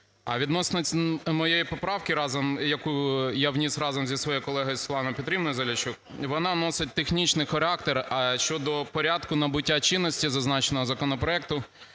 відносно моєї поправки разом, яку я вніс разом зі своєю колегою Світланою Петрівною Заліщук, вона носить технічний характер. А щодо порядку набуття чинності зазначеного законопроекту,